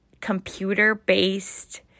computer-based